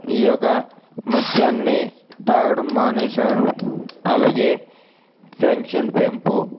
ఈ యొక్క మధ్యాన్ని తాగడం మానేశారు అలాగే పెన్షన్ పెంపు